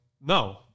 No